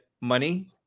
money